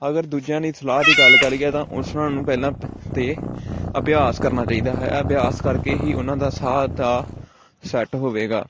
ਅਗਰ ਦੂਜਿਆਂ ਦੀ ਸਲਾਹ ਦੀ ਗੱਲ ਕਰ ਲਈਏ ਤਾਂ ਉਸ ਨਾ ਨੂੰ ਪਹਿਲਾਂ ਤਾਂ ਅਭਿਆਸ ਕਰਨਾ ਚਾਹੀਦਾ ਹੈ ਅਭਿਆਸ ਕਰਕੇ ਹੀ ਉਹਨਾਂ ਦਾ ਸਾਹ ਦਾ ਸੈੱਟ ਹੋਵੇਗਾ